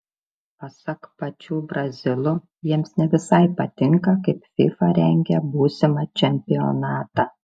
pasak pačių brazilų jiems ne visai patinka kaip fifa rengia būsimą čempionatą